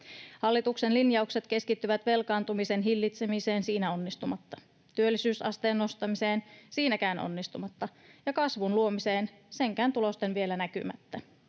Hallituksen linjaukset keskittyvät velkaantumisen hillitsemiseen siinä onnistumatta, työllisyysasteen nostamiseen siinäkään onnistumatta ja kasvun luomiseen senkään tulosten vielä näkymättä.